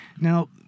Now